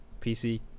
PC